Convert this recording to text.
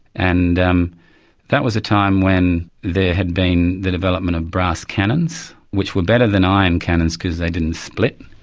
and um that was a time when there had been the development of brass cannons, which were better than iron cannons because they didn't split,